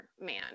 man